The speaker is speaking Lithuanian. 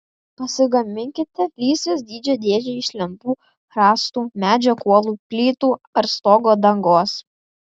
pasigaminkite lysvės dydžio dėžę iš lentų rąstų medžio kuolų plytų ar stogo dangos